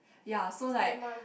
ya so like